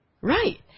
Right